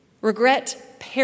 Regret